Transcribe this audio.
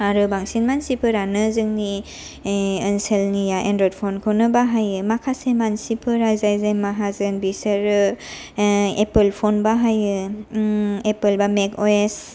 आरो बांसिन मानसिफोरानो जोंनि ओनसोलनि एन्ड्रइड फन खौनो बाहायो माखासे मानसिफोरा जाय जाय माहाजोन बिसोरो एप्पोल फन बाहाययो एप्पोल बा मेक अ एस